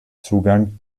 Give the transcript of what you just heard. zugang